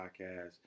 Podcast